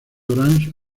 orange